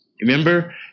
remember